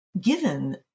given